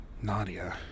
Nadia